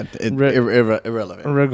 Irrelevant